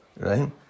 Right